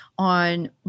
on